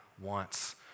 wants